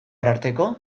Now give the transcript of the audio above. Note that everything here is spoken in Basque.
ararteko